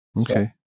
Okay